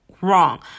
Wrong